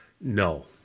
No